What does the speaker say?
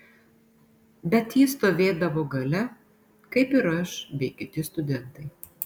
bet ji stovėdavo gale kaip ir aš bei kiti studentai